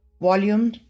Volume